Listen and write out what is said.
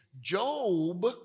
Job